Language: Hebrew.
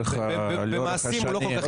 אבל במעשים הוא לא כל כך הצליח.